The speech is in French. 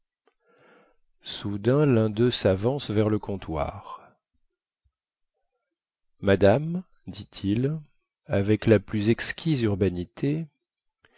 soudain lun deux savance vers le comptoir madame dit-il avec la plus exquise urbanité